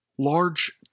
large